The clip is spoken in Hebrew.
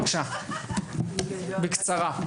בבקשה, בקצרה.